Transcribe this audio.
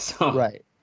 Right